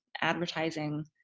advertising